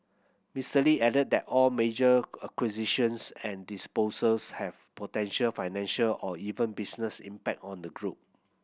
Mister Lee added that all major acquisitions and disposals have potential financial or even business impact on the group